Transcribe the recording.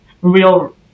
real